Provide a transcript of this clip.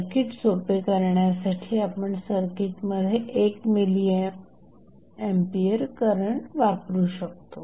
circuit सोपे करण्यासाठी आपण सर्किटमध्ये 1 मिली एंपियर वापरू शकतो